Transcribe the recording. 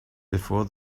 before